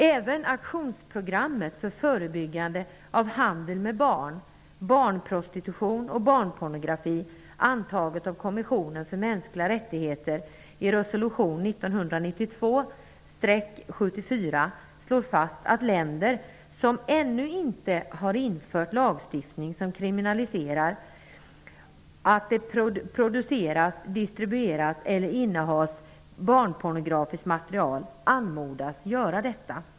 Även Aktionsprogrammet för förebyggande av handel med barn, barnprostitution och barnpornografi, antaget av Kommissionen för mänskliga rättigheter i Resolution 1992/74, slår fast att länder som ännu inte har infört lagstiftning som kriminaliserar att producera, distribuera eller inneha barnpornografiskt material anmodas göra detta.